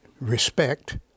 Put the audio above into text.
respect